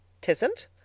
Tisn't